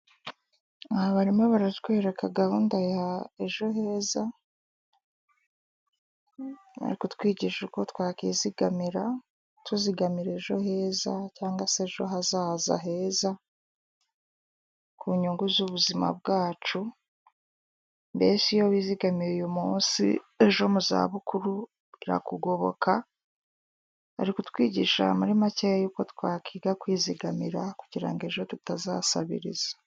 Aba barimo baratwereka gahunda ya ejo heza. Bari kutwigisha uko twakizigamira tuzigamira ejo heza cyangwa se ejo hazaza heza, ku nyungu z'ubuzima bwacu, mbese iyo wizigamiye uyu munsi ejo muzabukuru, birakugoboka. Bari kutwigisha muri make uko twakwiga kwizigamira kugirango ejo tutazasabiriza.